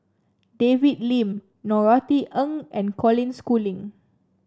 David Lim Norothy Ng and Colin Schooling